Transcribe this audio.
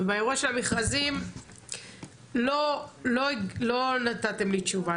באירוע של המכרזים לא נתתם לי תשובה,